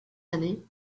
années